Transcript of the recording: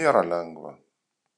nėra lengva